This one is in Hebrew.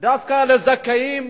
דווקא לזכאים